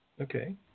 Okay